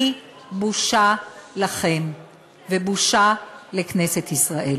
היא בושה לכם ובושה לכנסת ישראל.